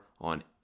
on